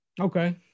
Okay